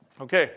Okay